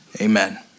amen